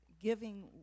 giving